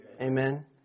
Amen